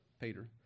Peter